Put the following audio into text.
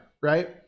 right